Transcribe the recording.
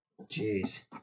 Jeez